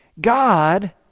God